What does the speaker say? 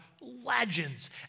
legends